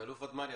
תת-אלוף ודמני,